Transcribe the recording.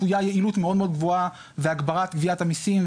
צפויה לו יעילות גבוהה מאוד והגברת גביית המיסים,